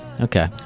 Okay